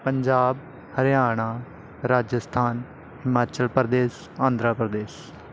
Punjab Haryana Rajasthan Himachal Pradesh Andhra Pradesh